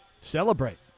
Celebrate